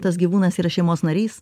tas gyvūnas yra šeimos narys